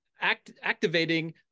activating